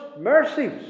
mercies